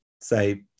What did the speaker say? say